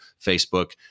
Facebook